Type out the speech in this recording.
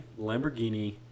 lamborghini